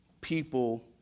people